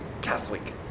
Catholic